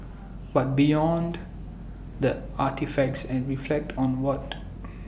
but beyond the artefacts and reflect on what